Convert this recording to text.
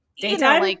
daytime